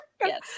yes